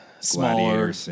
Smaller